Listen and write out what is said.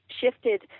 shifted